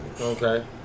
Okay